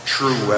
True